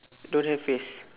don't have face